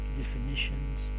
definitions